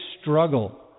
struggle